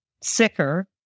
sicker